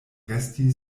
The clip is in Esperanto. resti